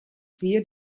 siehe